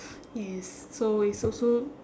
yes so it's also